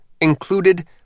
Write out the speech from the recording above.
included